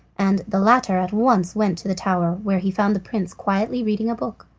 and the latter at once went to the tower, where he found the prince quietly reading a book.